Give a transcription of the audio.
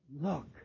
look